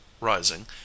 rising